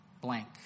blank